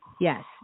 Yes